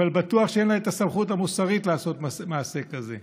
אבל בטוח שאין את הסמכות המוסרית לעשות מעשה כזה.